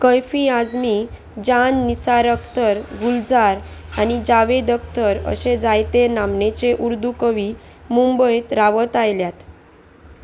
कैफी आझमी जान निसार अख्तर गुलझार आनी जावेद अख्तर अशे जायते नामनेचे उर्दू कवी मुंबयत रावत आयल्यात